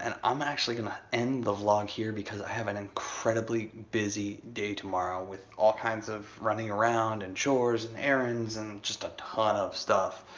and i'm actually gonna end the vlog here because i have an incredibly busy day tomorrow with all kinds of running around and chores and errands and just a ton of stuff,